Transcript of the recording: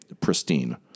pristine